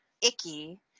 icky